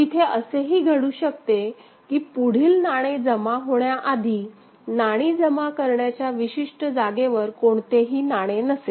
तिथे असेही घडू शकते की पुढील नाणे जमा होण्याआधी नाणी जमा करण्याच्या विशिष्ट जागेवर कोणतेही नाणे नसेल